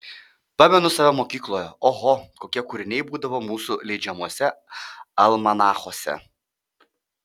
pamenu save mokykloje oho kokie kūriniai būdavo mūsų leidžiamuose almanachuose